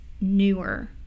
newer